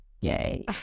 Yay